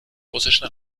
russischen